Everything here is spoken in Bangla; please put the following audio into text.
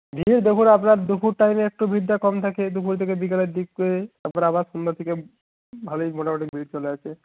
ভিড় দেখুন আপনার দুপুর টাইমে একটু ভিড়টা কম থাকে দুপুর থেকে বিকালের দিক করে তারপরে আবার সন্ধ্যার দিকে ভালোই মোটামুটি ভিড় চলে আসে